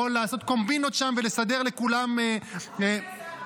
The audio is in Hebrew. לעשות קומבינות שם ולסדר לכולם --- אדוני השר,